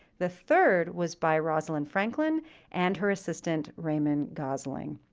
the third was by rosalind franklin and her assistant, raymond gosling.